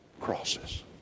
crosses